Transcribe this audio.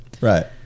Right